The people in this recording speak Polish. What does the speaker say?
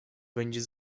będzie